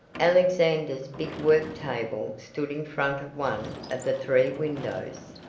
alexander's big work-table stood in front of one of the three windows,